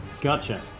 Gotcha